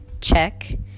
check